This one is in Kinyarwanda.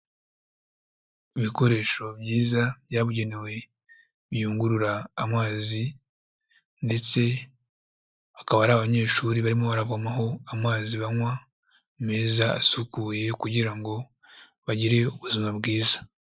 Ibikoresho byiza byabugenewe biyungurura amazi, ndetse hakaba hari abanyeshuri barimo baravomaho amazi banywa meza asukuye, kugira ngo bagire ubuzima bwiza.